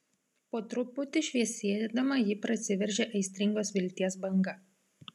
po truputį šviesėdama ji prasiveržia aistringos vilties banga